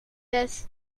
des